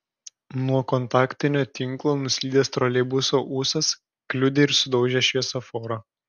nuo kontaktinio tinklo nuslydęs troleibuso ūsas kliudė ir sudaužė šviesoforą